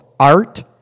Art